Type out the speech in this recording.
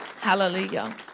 Hallelujah